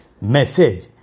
message